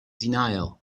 denial